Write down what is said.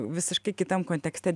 visiškai kitam kontekste